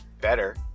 better